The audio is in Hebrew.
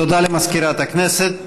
תודה למזכירת הכנסת.